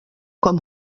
com